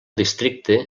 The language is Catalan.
districte